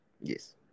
yes